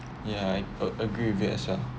yeah a~ agree with it as well